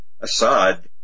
Assad